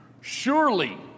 Surely